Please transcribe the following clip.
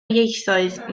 ieithoedd